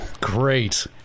great